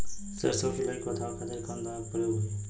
सरसो के लही से बचावे के खातिर कवन दवा के प्रयोग होई?